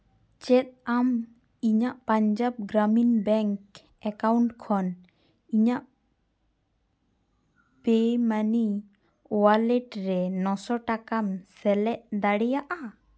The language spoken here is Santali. ᱪᱮᱫ ᱟᱢ ᱤᱧᱟᱹᱜ ᱯᱟᱧᱡᱟᱵᱽ ᱜᱨᱟᱢᱤᱱ ᱵᱮᱝᱠ ᱮᱠᱟᱣᱩᱱᱴ ᱠᱷᱚᱱ ᱤᱧᱟᱹᱜ ᱯᱮᱭᱢᱟᱹᱱᱤ ᱳᱣᱟᱞᱮᱴ ᱨᱮ ᱱᱚ ᱥᱚ ᱴᱟᱠᱟᱢ ᱥᱮᱞᱮᱫ ᱫᱟᱲᱤᱭᱟᱜᱼᱟ